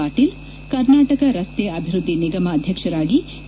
ಪಾಟೀಲ್ ಕರ್ನಾಟಕ ರಸ್ತೆ ಅಭಿವೃದ್ದಿ ನಿಗಮ ಅಧ್ಯಕ್ಷರಾಗಿ ಕೆ